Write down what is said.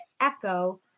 echo